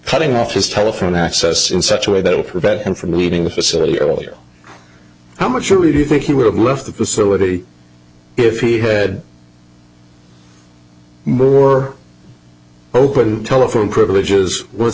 cutting off his telephone access in such a way that will prevent him from leaving the facility earlier how much should we think he would have left the facility if he had more open telephone privileges once